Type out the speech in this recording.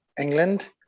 England